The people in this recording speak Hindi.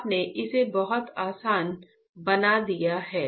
आपने इसे बहुत आसान बना दिया है